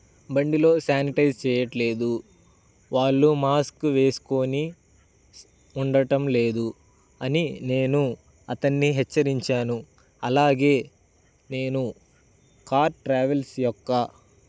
బండిలో శానిటైజ్ చెయ్యట్లేదు వాళ్ళు మాస్క్ వేసుకోని ఉండటం లేదు అని నేను అతన్ని హెచ్చరించాను అలాగే నేను కార్ ట్రావెల్స్ యొక్క